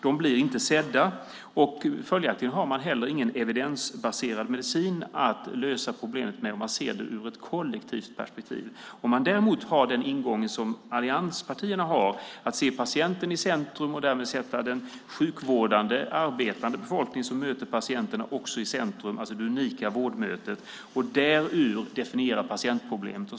De blir inte sedda. Följaktligen har man heller ingen evidensbaserad medicin att lösa problemet med om man ser det ur ett kollektivt perspektiv. Om man däremot har den ingång som allianspartierna har, att sätta patienten i centrum och därmed sätta den sjukvårdande personal som möter patienterna också i centrum, alltså det unika vårdmötet, kan man därur definiera patientproblemet.